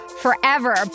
forever